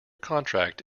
contract